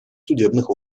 судебных